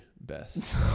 best